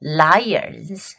lions